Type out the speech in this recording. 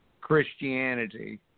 Christianity